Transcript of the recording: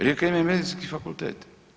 Rijeka ima i Medicinski fakultet.